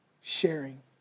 sharing